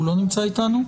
הוא לא נמצא איתנו?